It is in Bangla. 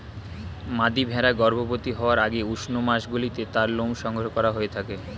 মাদী ভেড়া গর্ভবতী হওয়ার আগে উষ্ণ মাসগুলিতে তার লোম সংগ্রহ করা হয়ে থাকে